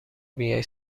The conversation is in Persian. بیای